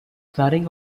flooding